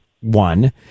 one